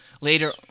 Later